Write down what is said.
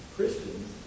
Christians